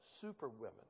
superwomen